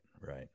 right